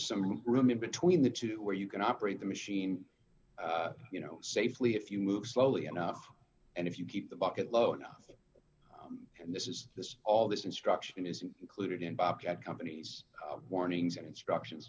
some room in between the two where you can operate the machine you know safely if you move slowly enough and if you keep the bucket low enough and this is this all this instruction is included in bobcat companies warnings and instructions